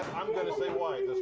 i'm gonna say white